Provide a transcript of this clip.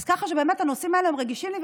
אז ככה שבאמת הנושאים האלה הם רגישים לי.